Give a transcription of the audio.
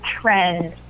trend